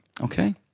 okay